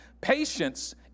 patience